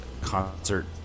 concert